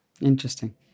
interesting